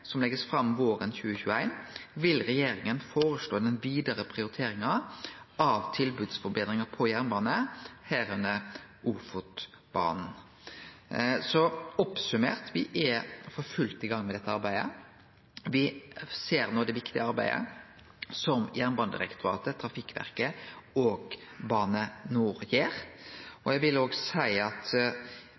som blir lagt fram våren 2021, vil regjeringa føreslå den vidare prioriteringa av tilbodsforbetringar på jernbanen, deriblant Ofotbanen. Oppsummert: Me er for fullt i gang med dette arbeidet. Me ser det viktige arbeidet som Jernbanedirektoratet, Trafikkverket og Bane NOR no gjer. Den utvidinga som er planlagd for Narvikterminalen og